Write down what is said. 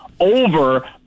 Over